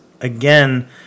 again